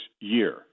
year